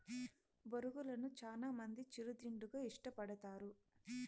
బొరుగులను చానా మంది చిరు తిండిగా ఇష్టపడతారు